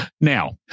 now